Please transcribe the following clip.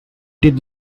did